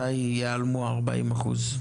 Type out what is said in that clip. מתי ייעלמו ה-40%?